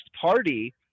party